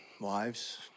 Wives